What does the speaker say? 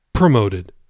promoted